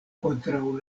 kontraŭ